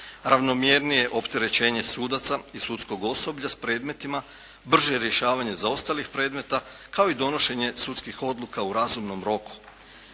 ravnomjernije opterećenje sudaca i sudskog osoblja s predmetima, brže rješavanje zaostalih predmeta kao i donošenje sudskih odluka u razumnom roku.